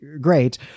great